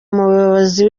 umuyobozi